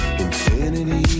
infinity